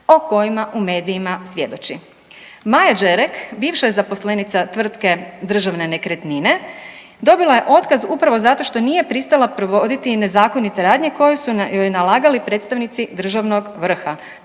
o kojima u medijima svjedoči. Maja Đerek bivša je zaposlenica tvrtke Državne nekretnine, dobila je otkaz upravo zato što nije pristala provoditi nezakonite radnje koje su joj nalagali predstavnici državnog vrha,